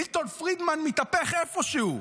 מילטון פרידמן מתהפך איפשהו.